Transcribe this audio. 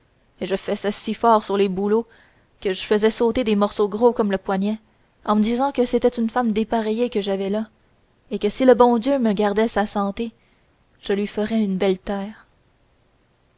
et je fessais si fort sur les bouleaux que je faisais sauter des morceaux gros comme le poignet en me disant que c'était une femme dépareillée que javais là et que si le bon dieu me gardait ma santé je lui ferais une belle terre